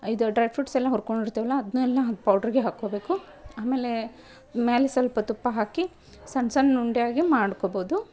ಇದು dry fruits ಎಲ್ಲ ಹುರ್ಕೊಂಡಿರ್ತೇವಲ್ಲ ಅದನ್ನು ಎಲ್ಲ ಪೌಡ್ರಿಗೆ ಹಾಕ್ಕೋಬೇಕು ಆಮೇಲೇ ಮ್ಯಾಲೆ ಸ್ವಲ್ಪ ತುಪ್ಪ ಹಾಕಿ ಸಣ್ಣ ಸಣ್ಣ ಉಂಡೆಯಾಗಿ ಮಾಡ್ಕೋಬೋದು